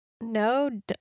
No